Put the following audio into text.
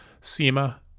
SEMA